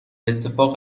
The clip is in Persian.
اتفاق